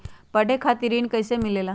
पढे खातीर ऋण कईसे मिले ला?